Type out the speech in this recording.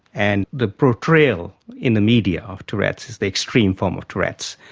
and the portrayal in the media of tourette's is the extreme form of tourette's.